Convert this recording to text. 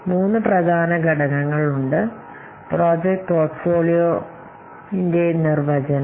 മൂന്ന് പ്രധാന ഘടകങ്ങളുണ്ട് ഒന്ന് ഈ പ്രോജക്റ്റ് പോർട്ട്ഫോളിയോ നിർവചനം